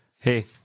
Hey